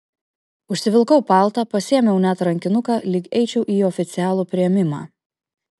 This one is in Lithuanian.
užsivilkau paltą pasiėmiau net rankinuką lyg eičiau į oficialų priėmimą